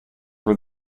were